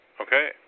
Okay